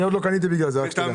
אני עוד לא קניתי בגלל זה, שתדע.